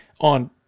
on